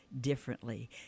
differently